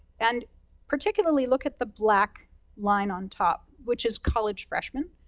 and particularly look at the black line on top, which is college freshmen.